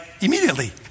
immediately